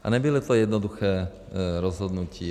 A nebylo to jednoduché rozhodnutí.